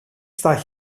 στα